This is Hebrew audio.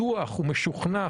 בטוח ומשוכנע,